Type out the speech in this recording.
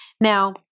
Now